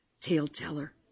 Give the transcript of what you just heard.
tale-teller